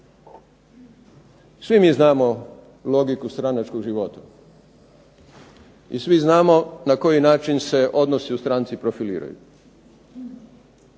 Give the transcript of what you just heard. Svi mi znamo logiku stranačkog života i svi znamo na koji način se odnosi u stranci profiliraju.